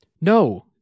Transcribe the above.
No